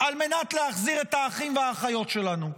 על מנת להחזיר את האחים והאחיות שלנו.